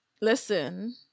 Listen